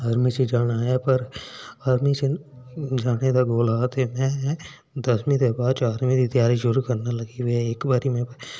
army च जाना army च जाने दा गोल हा ते में दसमीं दे बाद त्यारी शूरू करन लगा ते इक बारी में